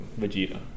Vegeta